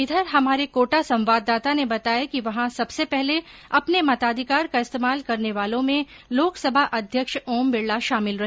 इधर हमारे कोटा संवाददाता ने बताया कि वहॉ सबसे पहले अपने मताधिकार का इस्तेमाल करने वालों में लोकसभा अध्यक्ष ओम बिड़ला शामिल रहे